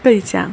跟你讲